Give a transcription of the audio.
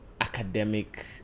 academic